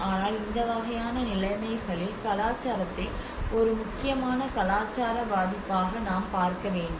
ஆனால் இந்த வகையான நிலைமைகளில் கலாச்சாரத்தை ஒரு முக்கியமான கலாச்சார பாதிப்பாக நாம் பார்க்க வேண்டும்